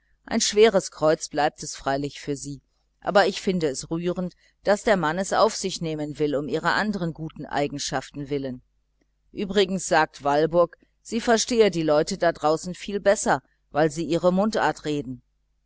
ein schweres kreuz bleibt es freilich für sie aber ich finde es rührend daß der mann es auf sich nehmen will um ihrer andern guten eigenschaften willen übrigens sagt walburg sie verstehe die leute da draußen viel besser weil sie ihren dialekt reden